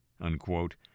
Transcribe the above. Unquote